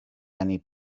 many